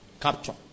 capture